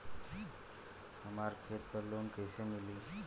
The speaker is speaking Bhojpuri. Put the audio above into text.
हमरा खेत पर लोन कैसे मिली?